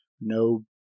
no